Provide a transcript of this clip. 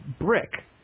Brick